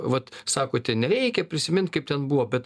vat sakote nereikia prisimint kaip ten buvo bet